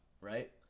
right